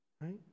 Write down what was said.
right